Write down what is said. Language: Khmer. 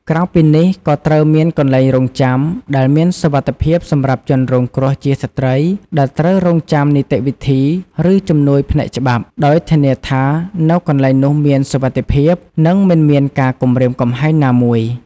ក្រៅពីនេះក៏ត្រូវមានកន្លែងរង់ចាំដែលមានសុវត្ថិភាពសម្រាប់ជនរងគ្រោះជាស្ត្រីដែលត្រូវរង់ចាំនីតិវិធី ឬជំនួយផ្នែកច្បាប់ ដោយធានាថានៅកន្លែងនោះមានសុវត្ថិភាព និងមិនមានការគំរាមកំហែងណាមួយ។